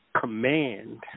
command